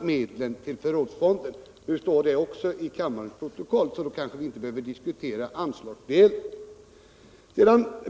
medlen till förrådsfonden kunnat ökas. — Nu står också det i kammarens protokoll, så därför kanske vi inte mer behöver diskutera anslagsdelen.